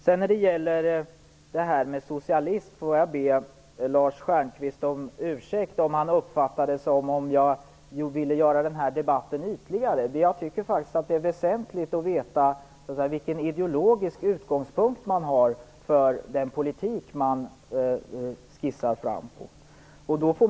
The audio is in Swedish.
När det sedan gäller det här med socialism får jag be Lars Stjernkvist om ursäkt om han uppfattar det som om jag vill göra den här debatten ytligare. Jag tycker faktiskt att det är väsentligt att veta vilken ideologisk utgångspunkt man har för den politik man skissar fram.